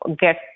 get